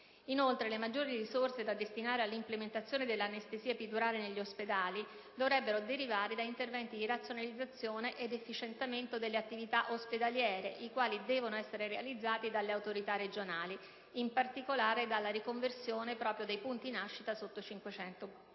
Inoltre, le maggiori risorse da destinare all'implementazione dell'anestesia epidurale negli ospedali dovrebbero derivare da interventi di razionalizzazione ed efficientamento delle attività ospedaliere, i quali devono essere realizzati dalle autorità regionali, in particolare mediante la riconversione dei punti nascita sotto i 500 parti.